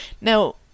Now